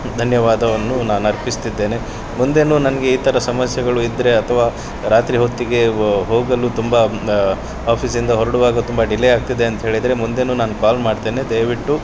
ಧನ್ಯವಾದವನ್ನು ನಾನು ಅರ್ಪಿಸ್ತಿದ್ದೇನೆ ಮುಂದೇನು ನನಗೆ ಈ ಥರ ಸಮಸ್ಯೆಗಳು ಇದ್ದರೆ ಅಥವಾ ರಾತ್ರಿ ಹೊತ್ತಿಗೆ ಹೋಗಲು ತುಂಬ ಆಫೀಸಿಂದ ಹೊರಡುವಾಗ ತುಂಬ ಡಿಲೇ ಆಗ್ತಿದೆ ಅಂಥೇಳಿದ್ರೆ ಮುಂದೇನು ನಾನು ಕಾಲ್ ಮಾಡ್ತೇನೆ ದಯವಿಟ್ಟು